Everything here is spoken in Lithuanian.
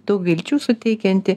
daug vilčių suteikianti